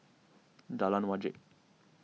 Jalan Wajek